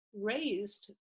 raised